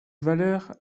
valeur